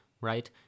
right